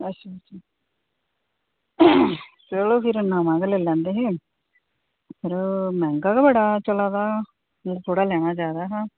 अच्छा अच्छा चलो फिर नमां गै लेई लैंदे यरो मैहंगा गै चला दा बड़ा ते लैना जादै गै ऐहा